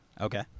Okay